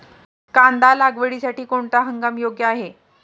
कांदा लागवडीसाठी कोणता हंगाम योग्य आहे?